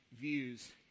views